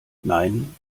nein